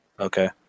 Okay